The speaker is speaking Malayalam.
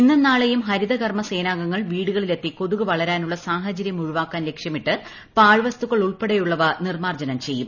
ഇന്നും നാളെയും ഹരിതകർമ്മ സേനാംഗങ്ങൾ വീടുകളിലെത്തി കൊതുക് വളരാനുള്ള സാഹചര്യം ഒഴിവാക്കാൻ ലക്ഷ്യമിട്ട് പാഴ്വസ്തുക്കൾ ഉൾപ്പെടയുള്ളവ നിർമ്മാർജ്ജനം ചെയ്യും